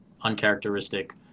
uncharacteristic